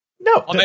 No